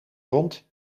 rond